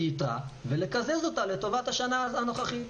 יתרה ולקזז אותה לטובת השנה הנוכחית.